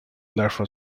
therefore